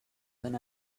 when